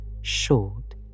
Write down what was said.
short